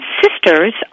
sisters